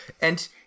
And-